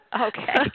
Okay